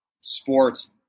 sports